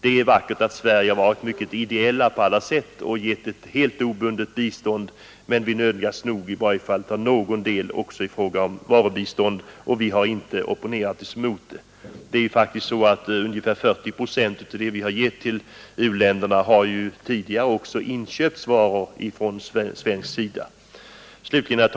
Det är vackert att Sverige på alla sätt varit ideellt och gett ett helt obundet bistånd, men vi nödgas nog att lämna i varje fall någon del i form av varubistånd. Ungefär 40 procent av den hjälp vi ger till u-länderna har kommit tillbaka i form av inköp av svenska varor.